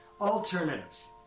Alternatives